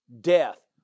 death